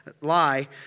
lie